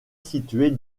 située